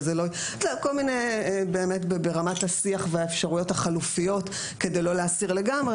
כל מיני באמת ברמת השיח והאפשרויות החלופיות כדי לא להסיר לגמרי,